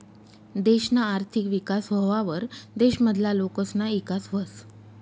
देशना आर्थिक विकास व्हवावर देश मधला लोकसना ईकास व्हस